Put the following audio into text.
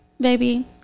baby